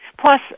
Plus